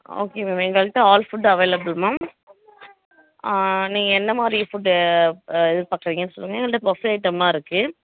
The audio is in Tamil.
ஓகே மேம் எங்கள்கிட்ட ஆல் ஃபுட்டு அவைலபில் மேம் நீங்கள் என்னமாதிரி ஃபுட்டு எதிர்பார்க்குறிங்கன்னு சொல்லுங்க எங்கள்கிட்ட பஃபே ஐட்டமெலாம் இருக்குது